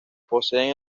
poseen